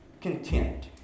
content